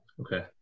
okay